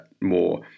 more